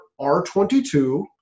R22